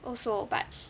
also but